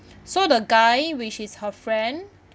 so the guy which is her friend